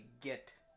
get